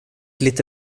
lite